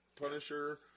Punisher